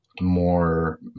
more